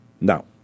Now